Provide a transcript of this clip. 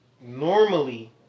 normally